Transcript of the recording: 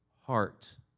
heart